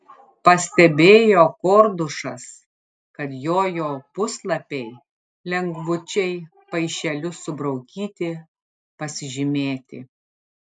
pastebėjo kordušas kad jojo puslapiai lengvučiai paišeliu subraukyti pasižymėti